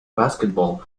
basketball